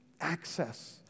access